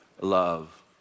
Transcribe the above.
love